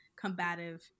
combative